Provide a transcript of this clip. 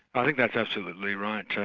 i think that's absolutely right.